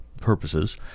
purposes